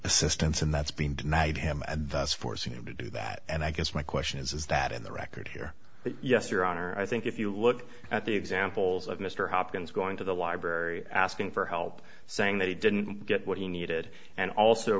assistance and that's been denied him and thus forcing him to do that and i guess my question is is that in the record here but yes your honor i think if you look at the examples of mr hopkins going to the library asking for help saying that he didn't get what he needed and also